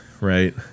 right